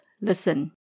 listen